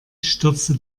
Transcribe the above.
stürzte